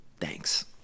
Thanks